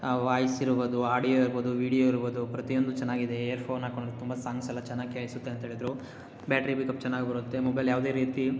voice ಇರ್ಬೋದು audio ಇರ್ಬೋದು video ಇರ್ಬೋದು ಪ್ರತಿಯೊಂದು ಚೆನ್ನಾಗಿದೆ ಏರ್ಫೋನ್ ಹಾಕ್ಕೊಂಡು ತುಂಬ ಸಾಂಗ್ಸೆಲ್ಲ ಚೆನ್ನಾಗಿ ಕೇಳಿಸುತ್ತೆ ಅಂತ ಹೇಳಿದ್ದರು ಬ್ಯಾಟ್ರಿ ಬೆಕ್ಅಪ್ ಚೆನ್ನಾಗಿ ಬರುತ್ತೆ ಮೊಬೈಲ್ ಯಾವುದೇ ರೀತಿ